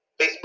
Facebook